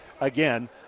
again